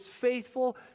faithful